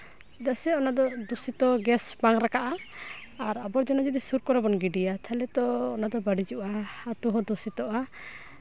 ᱪᱮᱫᱟᱜ ᱥᱮ ᱚᱱᱟᱫᱚ ᱫᱩᱥᱤᱛᱚ ᱜᱮᱥ ᱵᱟᱝ ᱨᱟᱠᱟᱵᱟ ᱟᱨ ᱟᱵᱚᱨᱡᱚᱱᱟ ᱡᱩᱫᱤ ᱥᱩᱨ ᱠᱚᱨᱮ ᱵᱚᱱ ᱜᱤᱰᱤᱭᱟ ᱛᱟᱦᱚᱞᱮ ᱛᱚ ᱚᱱᱟᱫᱚ ᱵᱟᱹᱲᱤᱡᱚᱜ ᱟᱛᱳ ᱦᱚᱸ ᱫᱩᱥᱤᱛᱚᱜᱼᱟ